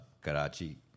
Karachi